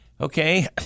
Okay